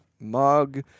mug